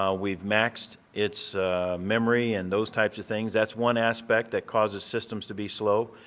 ah we've maxed its memory and those types of things. that's one aspect that causes systems to be slow.